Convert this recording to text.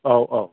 औ औ